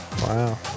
Wow